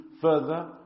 further